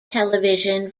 television